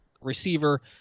receiver